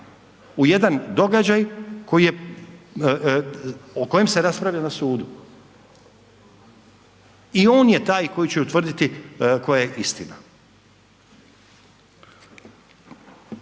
u jedan događaj o kojem se raspravlja na sudu i on je taj koji će utvrditi koja je istina.